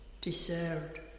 deserved